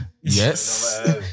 yes